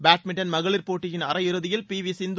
badminton மகளிர் போட்டியின் அரையிறுதியில் பி வி சிந்து